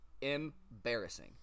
embarrassing